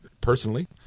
personally